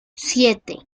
siete